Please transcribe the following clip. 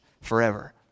forever